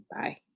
Bye